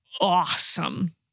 awesome